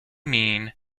mean